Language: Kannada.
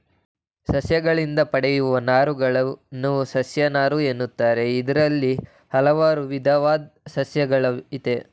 ಸಸ್ಯಗಳಿಂದ ಪಡೆಯುವ ನಾರುಗಳನ್ನು ಸಸ್ಯನಾರು ಎನ್ನುತ್ತಾರೆ ಇದ್ರಲ್ಲಿ ಹಲ್ವಾರು ವಿದವಾದ್ ಸಸ್ಯಗಳಯ್ತೆ